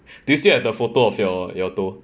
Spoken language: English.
do you see at the photo of your your toe